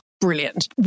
Brilliant